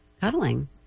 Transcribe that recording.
cuddling